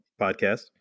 podcast